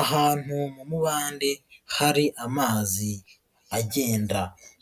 Ahantu mu mubande hari amazi agenda,